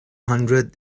hundred